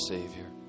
Savior